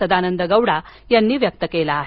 सदानंद गौडा यांनी व्यक्त केला आहे